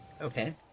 Okay